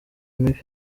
mibi